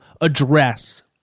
address